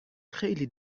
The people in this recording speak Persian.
خیلی